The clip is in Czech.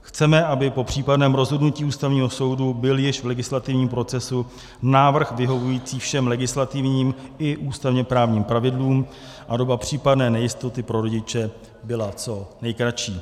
Chceme, aby po případném rozhodnutí Ústavního soudu byl již v legislativním procesu návrh vyhovující všem legislativním i ústavněprávním pravidlům a doba případné nejistoty pro rodiče byla co nejkratší.